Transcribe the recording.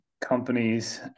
companies